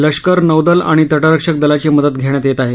लष्कर नौदल आणि तटरक्षक दलाची मदत घेण्यात येत आहे